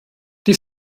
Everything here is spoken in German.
die